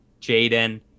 Jaden